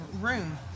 room